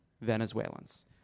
Venezuelans